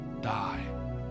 die